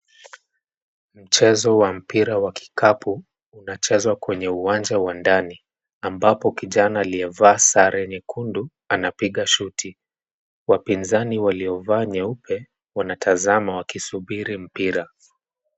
Mchezo wa mpira wa kikapu unachezwa kwenye uwanja wa ndani, ambapo kijana aliyevaa sare nyekundu anapiga shuti. Wapinzani waliovaa nyeupe wanatazama wakisubiri mpira.